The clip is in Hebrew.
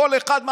כל אחד,